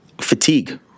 Fatigue